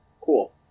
Cool